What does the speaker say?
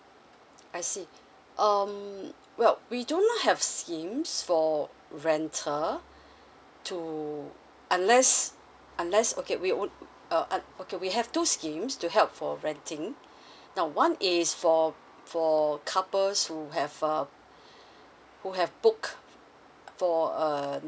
I see um well we do not have schemes for renter to unless unless okay we would uh okay we have two schemes to help for renting now one is for for couples who have uh who have booked for a um